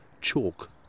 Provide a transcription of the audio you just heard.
chalk